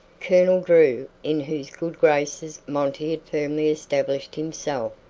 colonel drew, in whose good graces monty had firmly established himself,